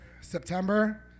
September